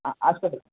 हां आजपर्यंत